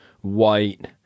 white